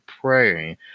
praying